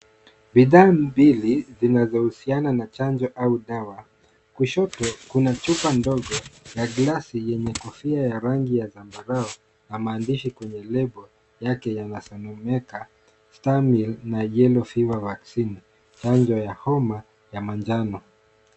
Bidhaa mbili zinazohusiana na chanjo au dawa. Kushoto kuna chupa ndogo ya glasi, yenye kofia ya rangi ya zambarau. Na maandishi kwenye lebo yake yanasomeka, Stameril , na Yellow fever vaccine . Chanjo ya homa ya manjano.